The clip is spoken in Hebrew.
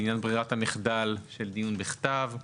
לעניין בררת המחדל של דיון בכתב,